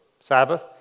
Sabbath